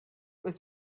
was